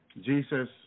Jesus